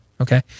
Okay